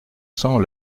cents